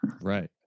Right